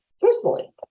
personally